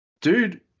dude